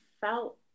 felt